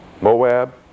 Moab